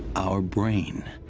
our brain.